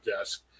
desk